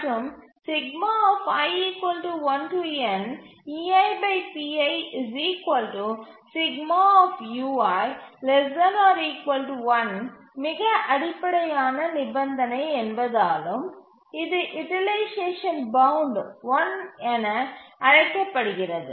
மற்றும் மிக அடிப்படையான நிபந்தனை என்பதாலும் இது யூட்டிலைசேஷன் பவுண்ட் 1 என அழைக்கப்படுகிறது